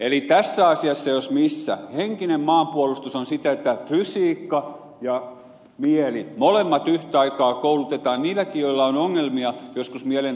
eli tässä asiassa jos missä henkinen maanpuolustus on sitä että fysiikka ja mieli molemmat yhtä aikaa koulutetaan niilläkin joilla on ongelmia joskus mielen alueella